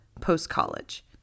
post-college